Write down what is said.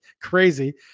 crazy